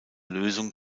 lösung